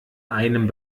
einem